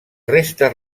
restes